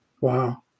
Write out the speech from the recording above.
Wow